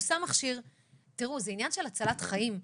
זה עניין של הצלת חיים,